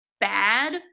bad